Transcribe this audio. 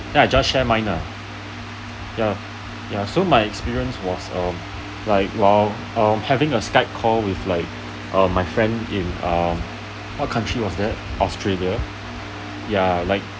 ya I just share mine lah ya ya so my experience was um like while err having a skype call with like um my friend in um what country was that australia ya like